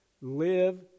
live